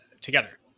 together